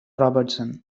robertson